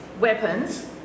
weapons